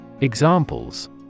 Examples